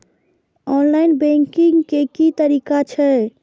Online banking के की तरीका छै?